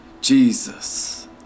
Jesus